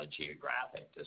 geographic